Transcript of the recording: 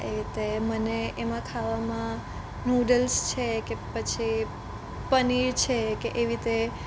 તો એવી રીતે મને એમાં ખાવામાં નૂડલ્સ છે કે પછી પનીર છે કે એવી તે